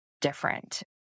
different